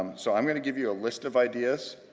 um so i'm gonna give you a list of ideas,